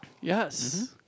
Yes